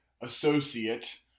associate